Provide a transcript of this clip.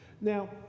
Now